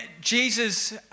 Jesus